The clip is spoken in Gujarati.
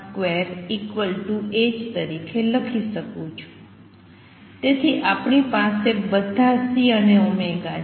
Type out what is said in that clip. તેથી આપણી પાસે બધા C અને ω છે